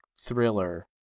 thriller